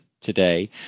today